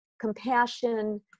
compassion